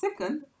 Second